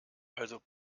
also